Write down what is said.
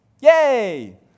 Yay